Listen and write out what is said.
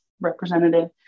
representative